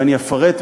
ואני אפרט,